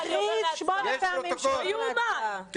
הכריז שמונה פעמים שהוא עובר להצבעה.